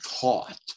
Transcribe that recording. taught